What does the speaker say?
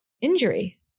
injury